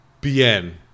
bien